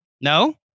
No